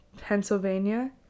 Pennsylvania